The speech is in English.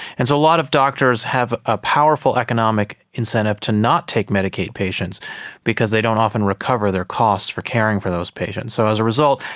and so a lot of doctors have a powerful economic incentive to not take medicaid patients because they don't often recover their costs for caring for those patients. so as a result,